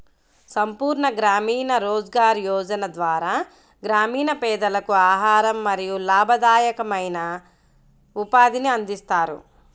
సంపూర్ణ గ్రామీణ రోజ్గార్ యోజన ద్వారా గ్రామీణ పేదలకు ఆహారం మరియు లాభదాయకమైన ఉపాధిని అందిస్తారు